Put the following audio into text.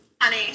Honey